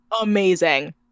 amazing